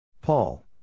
Paul